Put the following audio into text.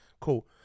cool